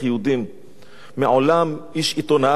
איש עיתון "הארץ", יצחק לאור, מטריד מינית,